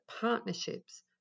partnerships